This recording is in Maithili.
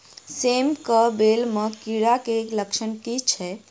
सेम कऽ बेल म कीड़ा केँ लक्षण की छै?